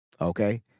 okay